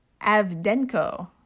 Avdenko